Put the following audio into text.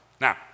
Now